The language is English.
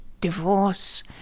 divorce